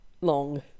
long